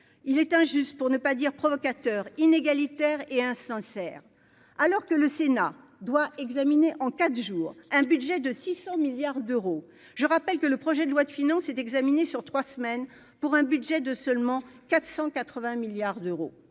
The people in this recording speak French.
il est injuste, pour ne pas dire provocateur inégalitaire et sincère, alors que le Sénat doit examiner en quatre jours un budget de 600 milliards d'euros, je rappelle que le projet de loi de finances et d'examiner sur trois semaines pour un budget de seulement 480 milliards d'euros,